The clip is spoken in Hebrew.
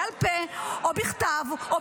בעל פה או בכתב ----- חברת הכנסת רייטן,